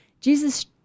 Jesus